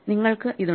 നിങ്ങൾക്ക് ഇതുണ്ട്